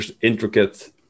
intricate